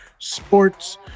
Sports